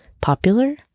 popular